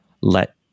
let